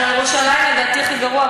בירושלים, לדעתי, הכי גרוע,